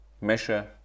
Measure